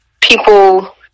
people